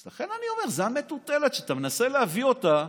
אז לכן אני אומר, זו המטוטלת שאתה מנסה להביא אותה